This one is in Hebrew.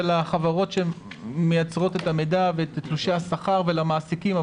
זה לחברות שמייצרות את המידע ואת תלושי השכר ולמעסיקים,